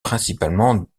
principalement